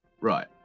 right